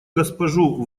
госпожу